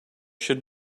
should